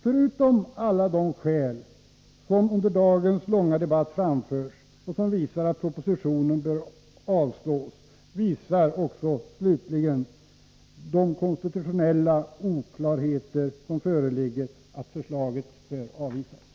Förutom alla de skäl som under dagens långa debatt framförts och som visar att propositionen bör avslås visar slutligen också de konstitutionella oklarheter som föreligger att förslaget bör avvisas.